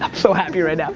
um so happy right now.